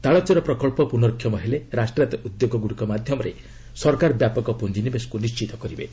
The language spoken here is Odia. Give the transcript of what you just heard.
ତାଳଚେର ପ୍ରକଳ୍ପ ପୁନଃକ୍ଷମ ହେଲେ ରାଷ୍ଟ୍ରାୟତ୍ତ ଉଦ୍ୟୋଗଗୁଡ଼ିକ ମାଧ୍ୟମରେ ସରକାର ବ୍ୟାପକ ପୁଞ୍ଜିନିବେଶକୁ ନିଣ୍ଟିତ କରିବେ